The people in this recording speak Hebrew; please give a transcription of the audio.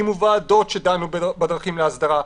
הקימו ועדות שדנו בדרכים להסדרה,